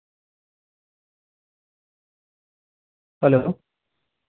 hello